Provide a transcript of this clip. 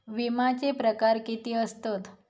विमाचे प्रकार किती असतत?